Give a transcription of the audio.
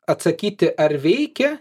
atsakyti ar veikia